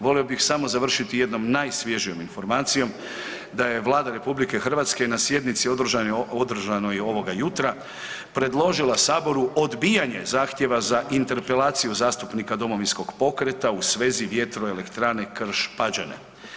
Volio bih samo završiti jednom najsvježijom informacijom da je Vlada RH na sjednici održanoj ovoga jutra predložila Saboru odbijanje zahtjeva za interpelaciju zastupnika Domovinskog pokreta u svezi VE Krš-Pađene.